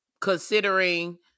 Considering